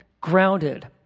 grounded